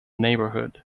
neighborhood